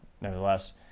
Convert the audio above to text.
Nevertheless